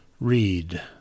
Read